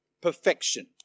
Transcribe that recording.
Perfection